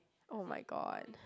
!oh-my-god!